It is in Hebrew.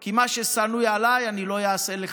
כי מה ששנוא עליי לא אעשה לחברי.